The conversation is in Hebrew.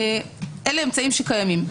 אלה אמצעים שקיימים.